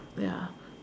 ya